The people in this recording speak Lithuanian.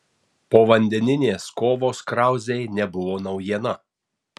povandeninės kovos krauzei nebuvo naujiena